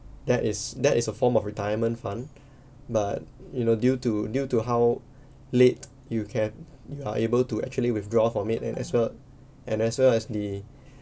that is that is a form of retirement fund but you know due to due to how late you have you are able to actually withdraw from it and as well and as well as the